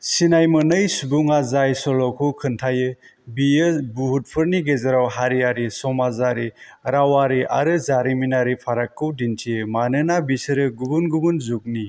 सिनायमोनै सुबुङा जाय सल'खौ खोन्थायो बियो बुहुथफोरनि गेजेराव हारियारि समाजारि रावारि आरो जारिमिनारि फारागखौ दिन्थियो मानोना बिसोरो गुबन गुबुन जुगनि